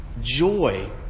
joy